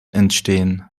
entstehen